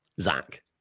Zach